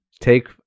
take